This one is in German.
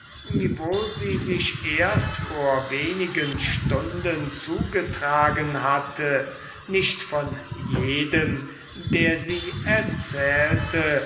wiewohl sie sich erst vor wenigen stunden zugetragen nicht von jedem der sie erzählte